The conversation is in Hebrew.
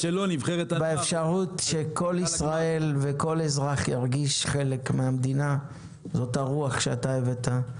באפשרות שכל ישראל וכל אזרח ירגיש חלק מהמדינה באותה רוח שהבאת.